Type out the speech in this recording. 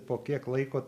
po kiek laiko